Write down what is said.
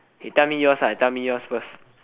okay tell me yours ah tell me yours first